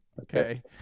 Okay